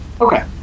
Okay